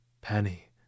penny